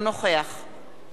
משה מטלון,